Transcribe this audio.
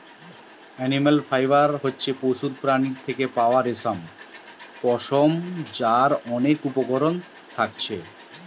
animal fibre হতিছে পশুর প্রাণীর থেকে পাওয়া রেশম, পশম যার অনেক উপকরণ থাকতিছে